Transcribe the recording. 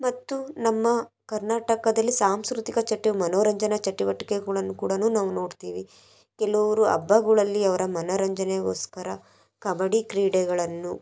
ಮತ್ತು ನಮ್ಮ ಕರ್ನಾಟಕದಲ್ಲಿ ಸಾಂಸ್ಕೃತಿಕ ಚಟು ಮನೋರಂಜನಾ ಚಟುವಟಿಕೆಗಳನ್ನು ಕೂಡ ನಾವು ನೋಡ್ತೀವಿ ಕೆಲವರು ಹಬ್ಬಗಳಲ್ಲಿ ಅವರ ಮನೋರಂಜನೆಗೋಸ್ಕರ ಕಬಡ್ಡಿ ಕ್ರೀಡೆಗಳನ್ನು